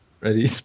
ready